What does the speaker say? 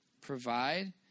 provide